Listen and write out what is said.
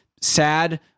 sad